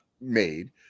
made